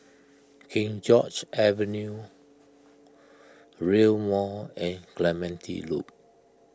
King George's Avenue Rail Mall and Clementi Loop